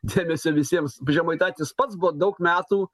dėmesio visiems žemaitaitis pats buvo daug metų